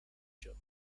joke